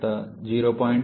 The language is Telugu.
81